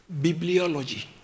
bibliology